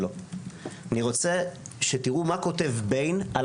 תודה רבה, תודה רבה לחברת הכנסת וולדיגר.